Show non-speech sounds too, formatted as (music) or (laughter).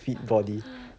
(laughs)